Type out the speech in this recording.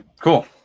Cool